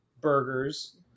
Burgers